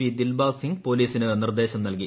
P Dilbag Singh പോലീസിന് നിർദ്ദേശം നൽകി